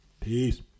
Peace